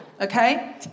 okay